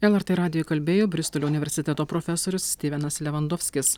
lrt radijui kalbėjo bristolio universiteto profesorius stivenas levandofskis